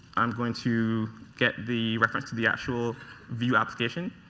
i'm going to get the to the actual view application.